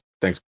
thanks